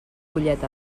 follet